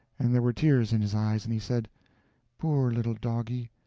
and there were tears in his eyes, and he said poor little doggie,